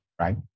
right